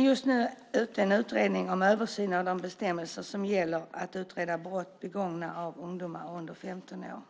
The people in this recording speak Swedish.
Just nu ligger en utredning ute om översyn av de bestämmelser som gäller att utreda brott begångna av ungdomar under 15 år. År